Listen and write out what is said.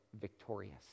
victorious